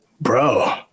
Bro